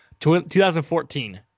2014